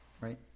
Right